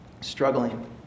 struggling